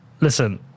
listen